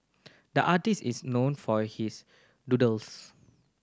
the artist is known for his doodles